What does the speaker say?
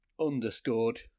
underscored